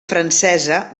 francesa